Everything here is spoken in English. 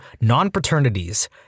non-paternities